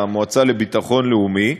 המועצה לביטחון לאומי.